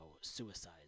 suicide